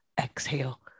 Exhale